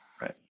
Right